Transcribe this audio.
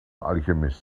alchemist